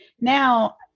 now